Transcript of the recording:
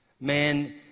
man